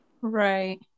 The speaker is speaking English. right